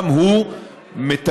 גם הוא מתקצב,